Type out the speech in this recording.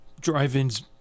drive-ins